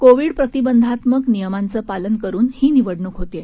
Covid प्रतिबंधात्मक नियमांचं पालन करुन ही निव्वडणूक होत आहे